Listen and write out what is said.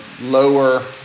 lower